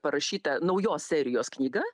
parašyta naujos serijos knyga